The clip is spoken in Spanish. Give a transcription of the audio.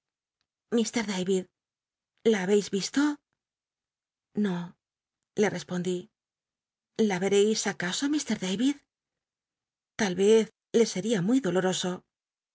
dayid la haheis isto no le respondí la vereis acaso lfr dayid tal vez le seria muy